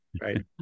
right